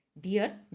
dear